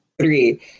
three